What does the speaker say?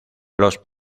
los